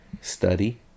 study